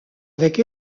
avec